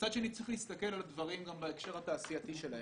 מצד שני צריך להסתכל על הדברים גם בהקשר התעשייתי שלהם.